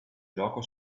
gioco